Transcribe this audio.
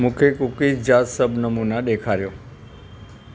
मुखे कूकीज़ जा सभु नमूना ॾेखारियो